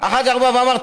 אחר כך בא ואמר,